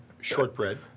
shortbread